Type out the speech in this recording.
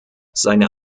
seine